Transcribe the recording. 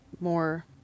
more